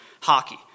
hockey